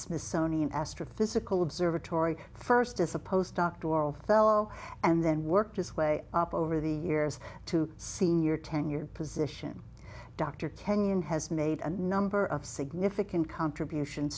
smithsonian astrophysical observatory first as a post doctoral fellow and then worked his way up over the years to senior tenured position dr kenyon has made a number of significant contribution